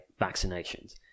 vaccinations